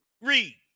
Read